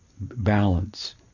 balance